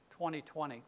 2020